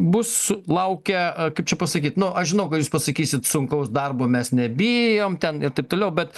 bus laukia kaip čia pasakyt nu aš žinau ką jūs pasakysit sunkaus darbo mes nebijom ten ir taip toliau bet